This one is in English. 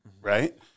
Right